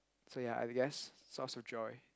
so ya I guess source of joy